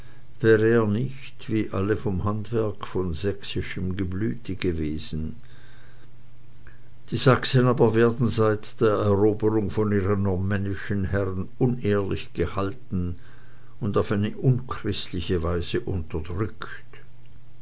wäre er nicht wie alle vom handwerk von sächsischem geblüte gewesen die sachsen aber werden seit der eroberung von ihren normännischen herren unehrlich gehalten und auf eine unchristliche weise unterdrückt